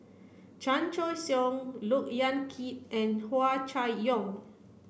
Chan Choy Siong Look Yan Kit and Hua Chai Yong